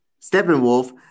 Steppenwolf